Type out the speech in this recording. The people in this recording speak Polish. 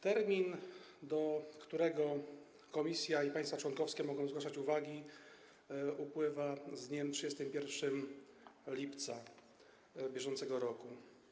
Termin, do którego Komisja i państwa członkowskie mogą zgłaszać uwagi, upływa z dniem 31 lipca br.